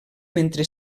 mentre